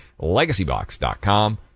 LegacyBox.com